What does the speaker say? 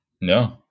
No